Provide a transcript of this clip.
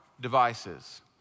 devices